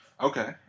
Okay